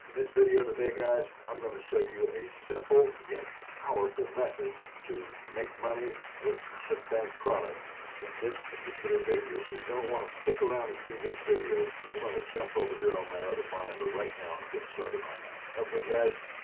and this video today guys i'm gonna show you a simple yet powerful method to make money with clickbank products in this particular video so you don't want to stick around and see this video and we're gonna jump over here on my other monitor right now and get started on that okay guys